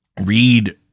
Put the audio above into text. Read